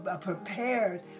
prepared